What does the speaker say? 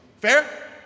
Fair